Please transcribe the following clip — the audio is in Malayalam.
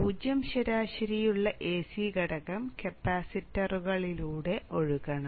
പൂജ്യം ശരാശരിയുള്ള AC ഘടകം കപ്പാസിറ്ററുകളിലൂടെ ഒഴുകണം